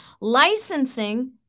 Licensing